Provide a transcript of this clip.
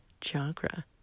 chakra